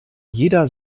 jeder